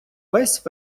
весь